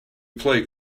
play